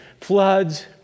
floods